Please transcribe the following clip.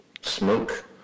smoke